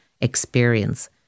experience